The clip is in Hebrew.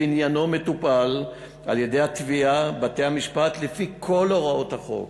ועניינו מטופל על-ידי התביעה ובתי-המשפט לפי כל הוראות החוק.